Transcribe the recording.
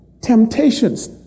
temptations